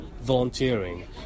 volunteering